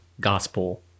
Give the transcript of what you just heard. gospel